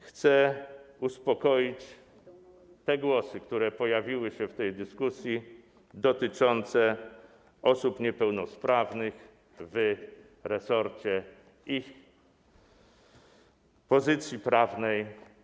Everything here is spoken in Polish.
Chcę uspokoić, jeśli chodzi o głosy, które pojawiły się w tej dyskusji, dotyczące osób niepełnosprawnych w resorcie i ich pozycji prawnej.